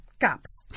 Cops